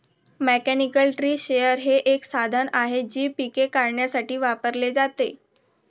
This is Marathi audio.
मेकॅनिकल ट्री शेकर हे एक साधन आहे जे पिके काढण्यासाठी वापरले जाते